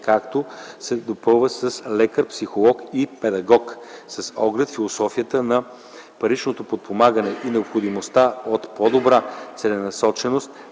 като се допълват с лекар, психолог и педагог. С оглед философията на паричното подпомагане и необходимостта от по-добра целенасоченост